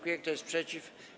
Kto jest przeciw?